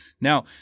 Now